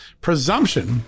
presumption